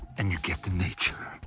and you get to nature,